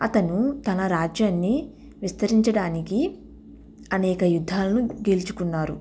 అతను తన రాజ్యాన్ని విస్తరించడానికి అనేక యుద్ధాలను గెల్చుకున్నారు